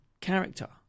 character